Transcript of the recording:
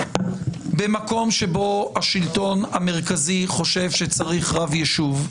במקום שבו השלטון המרכזי חושב שצריך רב יישוב,